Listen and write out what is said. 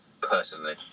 personally